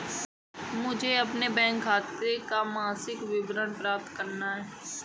मुझे अपने बैंक खाते का मासिक विवरण प्राप्त करना है?